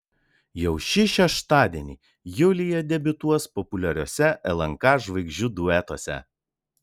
jau šį šeštadienį julija debiutuos populiariuose lnk žvaigždžių duetuose